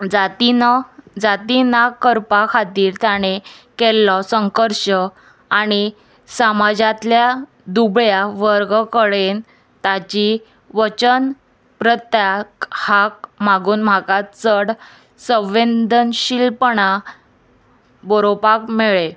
जाती न जाती ना करपा खातीर ताणें केल्लो संघर्श आनी समाजांतल्या दुबळ्या वर्ग कडेन ताची वचन प्रत्याक हाक मागून म्हाका चड संवेंदनशीलपणां बरोवपाक मेळ्ळें